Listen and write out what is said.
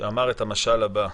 כשאמר את המשל הבא: